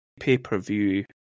pay-per-view